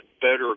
better